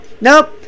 nope